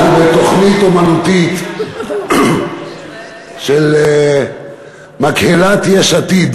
בתוכנית אמנותית של מקהלת יש עתיד,